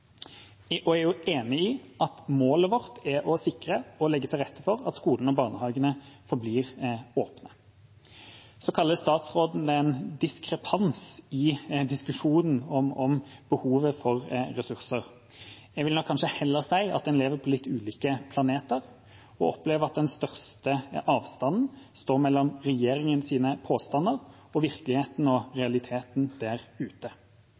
Jeg er enig i at målet vårt er å sikre og legge til rette for at skolene og barnehagene forblir åpne. Statsråden sier at det er en diskrepans i diskusjonen om behovet for ressurser. Jeg vil nok heller si at en lever på litt ulike planeter, og jeg opplever at den største avstanden er mellom regjeringas påstander og virkeligheten og realiteten der ute.